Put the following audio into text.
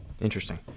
Interesting